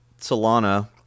Solana